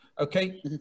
Okay